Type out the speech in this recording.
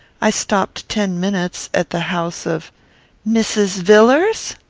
i stopped ten minutes at the house of mrs. villars?